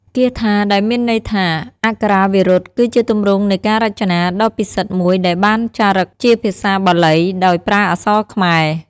គាថា ដែលមានន័យថា អក្ខរាវិរុទ្ធ គឺជាទម្រង់នៃការរចនាដ៏ពិសិដ្ឋមួយដែលបានចារឹកជាភាសាបាលីដោយប្រើអក្សរខ្មែរ។